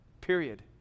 Period